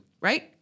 right